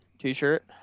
t-shirt